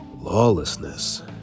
Lawlessness